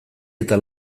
eta